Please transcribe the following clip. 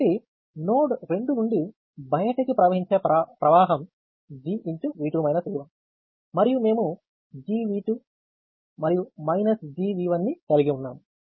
కాబట్టి నోడ్ 2 నుండి బయటికి ప్రవహించే ప్రవాహం G మరియు మేము G మరియు G ని కలిగి ఉన్నాము